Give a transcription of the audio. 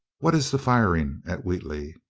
what is the firing at wheatley?